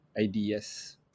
ideas